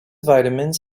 vitamins